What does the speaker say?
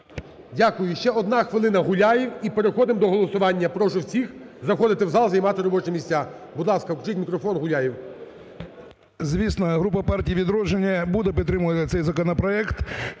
Дякую. І ще одна хвилина, Гуляєв, і переходимо до голосування, прошу всіх заходити в зал і займати робочі місця. Будь ласка, включіть мікрофон Гуляєв. 16:30:00 ГУЛЯЄВ В.О. Звісно, група "Партія "Відродження" буде підтримувати цей законопроект.